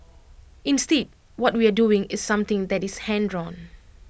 instead what we are doing is something that is hand drawn